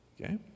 Okay